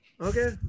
Okay